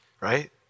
Right